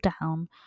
down